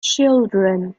children